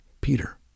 Peter